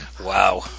Wow